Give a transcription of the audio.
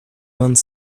vingt